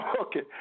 Okay